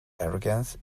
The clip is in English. arrogance